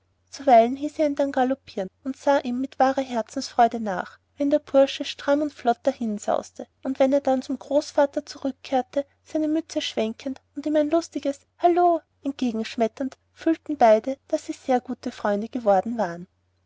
ihn dann galoppieren und sah ihm mit wahrer herzensfreude nach wenn der bursche stramm und flott dahinsauste und wenn er dann zum großvater zurückkehrte seine mütze schwenkend und ihm ein lustiges hallo entgegen schmetternd fühlten beide daß sie sehr gute freunde geworden waren